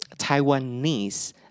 Taiwanese